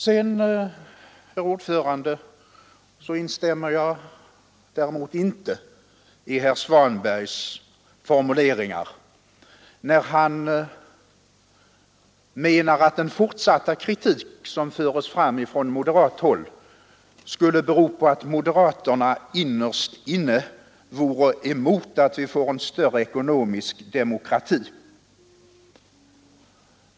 Sedan, herr talman, instämmer jag däremot inte i herr Svanbergs formuleringar när han menade att den fortsatta kritik som förts från moderat håll skulle bero på att moderaterna innerst inne var emot att vi får större ekonomisk demokrati.